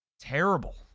Terrible